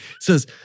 Says